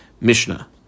Mishnah